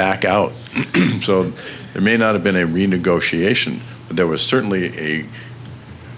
back out so there may not have been a renegotiation but there was certainly a